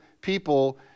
people